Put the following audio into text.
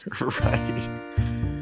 Right